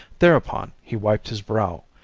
thereupon he wiped his brow,